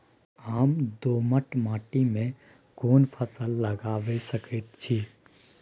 हम दोमट माटी में कोन फसल लगाबै सकेत छी?